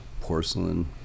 porcelain